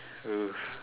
ugh